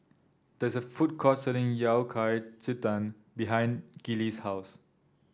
there is a food court selling Yao Cai Ji Tang behind Gillie's house